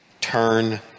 turn